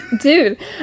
Dude